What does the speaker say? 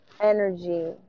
energy